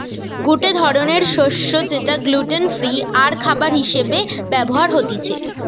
গটে ধরণকার শস্য যেটা গ্লুটেন ফ্রি আরখাবার হিসেবে ব্যবহার হতিছে